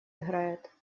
играет